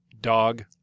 dog